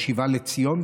או שיבה לציון,